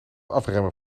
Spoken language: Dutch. afremmen